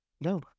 No